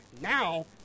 now